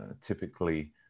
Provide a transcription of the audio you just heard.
typically